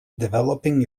developing